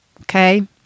Okay